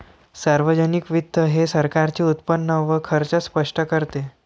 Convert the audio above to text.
सार्वजनिक वित्त हे सरकारचे उत्पन्न व खर्च स्पष्ट करते